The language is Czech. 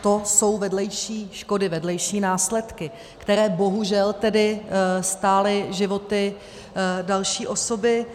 To jsou vedlejší škody, vedlejší následky, které bohužel tedy stály životy další osoby.